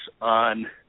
on